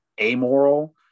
amoral